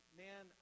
man